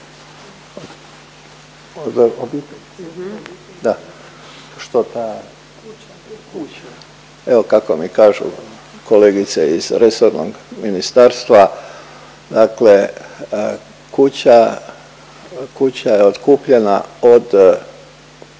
Evo kako mi kažu kolegice iz resornog ministarstva dakle kuća, kuća je otkupljena od